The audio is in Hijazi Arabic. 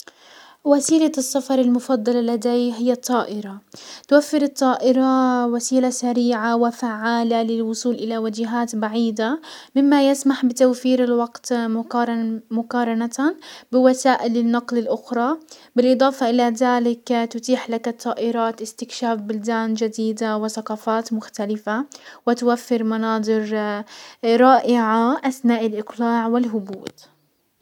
وسيلة السفر المفضلة لدي هي الطائرة. توفر الطائرة وسيلة سريعة وفعالة للوصول الى وجهات بعيدة، مما يسمح بتوفير الوقت مقارنة -مقارنة بوسائل النقل الاخرى، بالاضافة الى تتيح لك الطائرات استكشاف بلدان جديدة وثقافات مختلفة، وتوفر مناظر رائعة اثناء الاقلاع والهبوط.